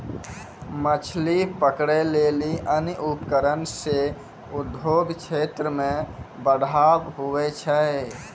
मछली पकड़ै लेली अन्य उपकरण से उद्योग क्षेत्र मे बढ़ावा हुवै छै